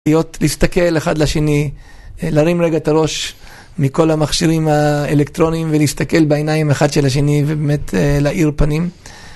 להסתכל אחד לשני, להרים רגע את הראש מכל המכשירים האלקטרוניים ולהסתכל בעיניים אחד של השני ובאמת להאיר פנים.